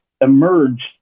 emerged